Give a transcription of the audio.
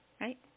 right